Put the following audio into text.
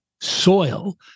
soil